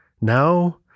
now